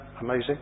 amazing